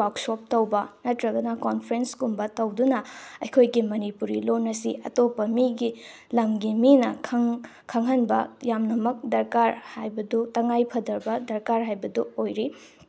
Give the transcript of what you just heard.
workshop ꯇꯧꯕ ꯅꯠꯇ꯭ꯔꯒꯅ ꯀꯟꯐ꯭ꯔꯦꯟꯁꯀꯨꯝꯕ ꯇꯧꯗꯨꯅ ꯑꯩꯈꯣꯏꯒꯤ ꯃꯅꯤꯄꯨꯔꯤ ꯂꯣꯟ ꯑꯁꯤ ꯑꯇꯣꯞꯄ ꯃꯤꯒꯤ ꯂꯝꯒꯤ ꯃꯤꯅ ꯈꯪꯍꯟꯕ ꯌꯥꯝꯅꯃꯛ ꯗꯔꯀꯥꯔ ꯍꯥꯏꯕꯗꯨ ꯇꯉꯥꯏꯐꯗ꯭ꯔꯕ ꯗꯔꯀꯥꯔ ꯍꯥꯏꯕꯗꯨ ꯑꯣꯏꯔꯤ